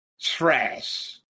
Trash